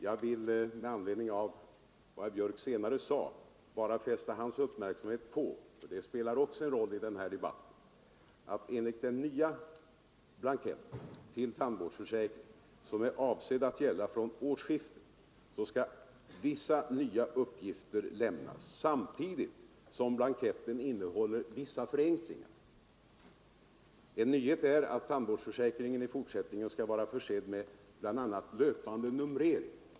Jag vill med anledning av vad herr Björck senare sade bara fästa hans uppmärksamhet på — för det spelar också en roll i den här debatten — att enligt den nya blanketten till tandvårdsräkning, som är avsedd att gälla från årsskiftet, skall vissa nya uppgifter lämnas, samtidigt som blanketten innehåller vissa förenklingar. En nyhet är att tandvårdsräkningarna i fortsättningen skall vara försedda med bl.a. löpande numrering.